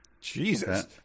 Jesus